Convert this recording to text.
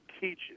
teaches